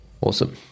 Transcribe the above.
Awesome